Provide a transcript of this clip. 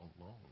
alone